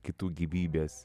kitų gyvybės